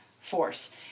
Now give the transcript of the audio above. force